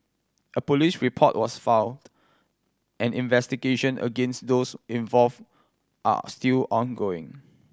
a police report was filed and investigation against those involved are still ongoing